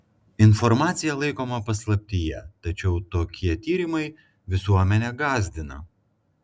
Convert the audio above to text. informacija laikoma paslaptyje tačiau tokie tyrimai visuomenę gąsdina